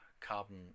carbon